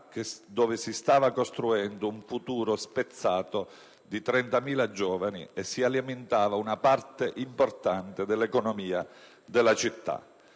dove si stava costruendo il futuro - ora spezzato - di 30.000 giovani e si alimentava una parte importante dell'economia della città;